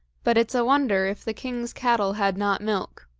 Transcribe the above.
but it's a wonder if the king's cattle had not milk.